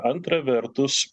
antra vertus